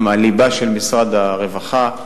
הם הליבה של משרד הרווחה,